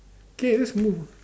K let's move